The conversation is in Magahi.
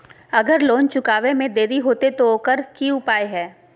अगर लोन चुकावे में देरी होते तो ओकर की उपाय है?